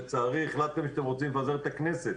לצערי, החלטתם שאתם רוצים לפזר את הכנסת.